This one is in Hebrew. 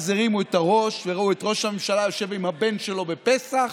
אז הרימו את הראש וראו את ראש הממשלה יושב עם הבן שלו בפסח,